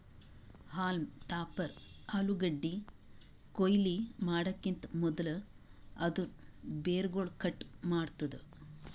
haulm topper ಆಲೂಗಡ್ಡಿ ಕೊಯ್ಲಿ ಮಾಡಕಿಂತ್ ಮದುಲ್ ಅದೂರ್ ಬೇರುಗೊಳ್ ಕಟ್ ಮಾಡ್ತುದ್